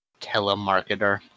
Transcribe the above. telemarketer